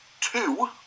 two